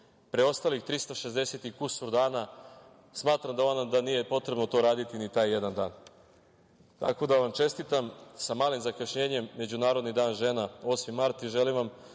preostalih 360 i kusur dana, smatram da onda nije potrebno to raditi ni taj jedan dan. Tako da vam čestitam, sa malim zakašnjenjem, Međunarodni dan žena 8. mart i želim vam